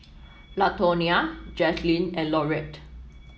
Latonia Jazlynn and Laurette